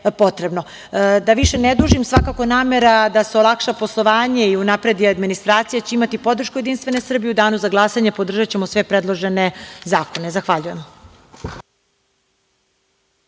više ne dužim, svakako namera da se olakša poslovanje i unapredi administracija će imati podršku Jedinstvene Srbije. U danu za glasanje podržaćemo sve predložene zakone. Zahvaljujem.